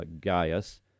Gaius